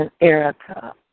Erica